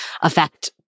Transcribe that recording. affect